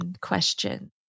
question